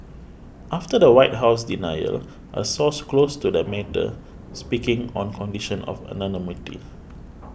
after the White House denial a source close to the matter speaking on condition of anonymity